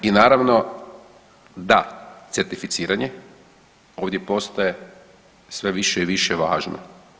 I naravno da certificiranje ovdje postaje sve više i više važno.